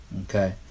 Okay